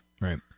Right